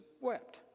wept